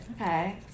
Okay